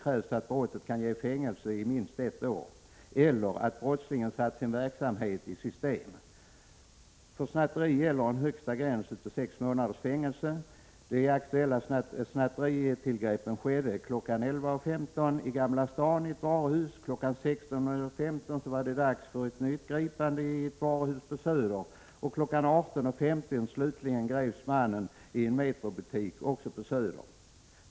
1986/87:104 minst ett år eller att brottslingen har satt sin verksamhet i system. För snatteri 8 april 1987 gäller en högsta gräns om sex månaders fängelse. Ett av de aktuella snatteritillgreppen skedde kl. 11.15 i ett varuhus i Gamla stan. Kl. 16.15 var det dags för ett nytt gripande i ett varuhus på Söder. Slutligen greps mannen kl. 18.15 i en Metrobutik, också på Söder.